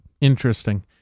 Interesting